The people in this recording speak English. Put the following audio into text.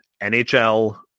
NHL